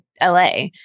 LA